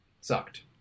Sucked